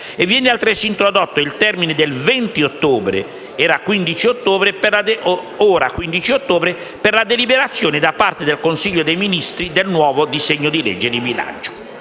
e viene altresì introdotto il termine del 20 ottobre (ora 15 ottobre) per la deliberazione da parte del Consiglio dei ministri del nuovo disegno di legge di bilancio.